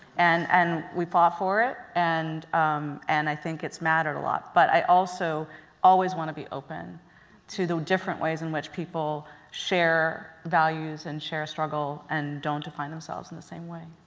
and and we fought for it and and i think it's mattered a lot. but i also always want to be open to the different ways in which people share values and share a struggle and don't define themselves in the same way.